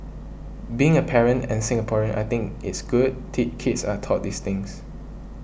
being a parent and Singaporean I think it's good tick kids are taught these things